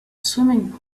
swimming